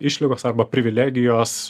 išlygos arba privilegijos